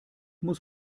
muss